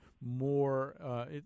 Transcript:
more